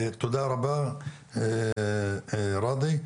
תודה רבה, ראדי.